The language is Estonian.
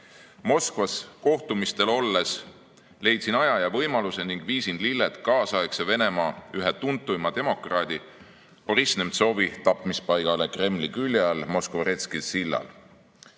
Moskvas kohtumistel olles leidsin aja ja võimaluse ning viisin lilled kaasaegse Venemaa ühe tuntuima demokraadi Boriss Nemtsovi tapmise paika Kremli külje all Moskvoretski sillal.